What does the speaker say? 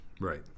Right